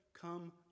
come